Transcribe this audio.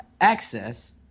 access